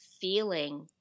feeling